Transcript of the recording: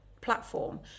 platform